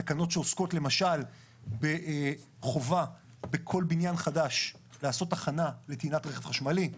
תקנות שעוסקות למשל בחובה בכל בניין חדש לעשות תחנה לטעינת רכב חשמלי,